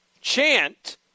chant